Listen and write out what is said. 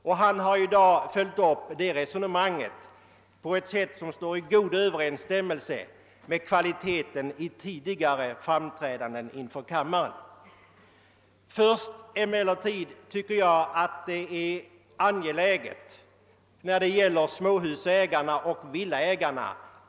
I dag har herr Wennerfors också följt upp det resonemanget på ett sätt som står i god överensstämmelse med kvaliteten på hans tidigare framträdanden här i kammaren. Men först skall jag be att få något hyfsa till språkbruket när det gäller begreppet småhusoch villaägare.